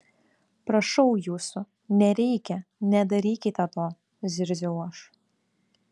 prašau jūsų nereikia nedarykite to zirziau aš